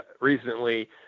recently